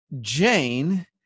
Jane